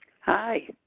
Hi